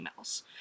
emails